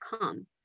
come